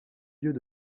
lieux